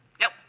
Nope